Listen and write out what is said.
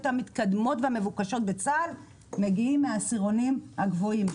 המתקדמות והמבוקשות בצה"ל מגיעים מהעשירונים הגבוהים,